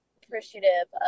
appreciative